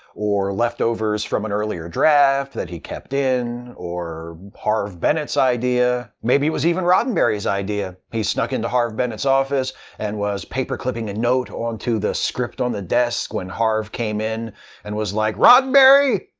or leftovers from an earlier draft that he kept in, or harve bennett's idea. maybe it was even roddenberry's idea. he snuck into harve bennett's office and was paperclipping a note onto the script on the desk when harve came in and was like roddenberry!